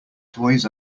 toys